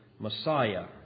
Messiah